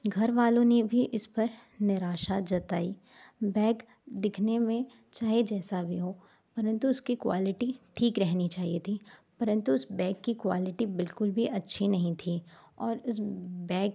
घरवालों ने भी इस पर निराशा जताई बैग दिखने में चाहे जैसा भी हो परंतु उसकी क्वालिटी ठीक रहनी चाहिए थी परंतु उस बैग की क्वालिटी बिल्कुल भी अच्छी नहीं थी और इस बैग